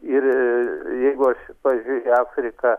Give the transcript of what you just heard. ir jeigu aš pavyzdžiui į afriką